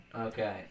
Okay